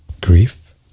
Grief